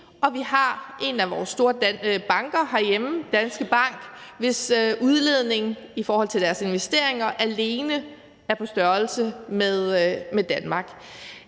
og vi har en af vores store banker herhjemme, Danske Bank, hvis udledning i forhold til deres investeringer alene er på størrelse med Danmark.